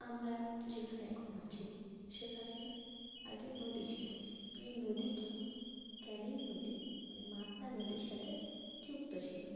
আমরা যেখানে এখন আছি সেখানে আগে নদী ছিলো এই নদীটা ক্যানিং নদী মানে মাতলা নদীর সাথে যুক্ত ছিলো